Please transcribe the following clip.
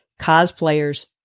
cosplayers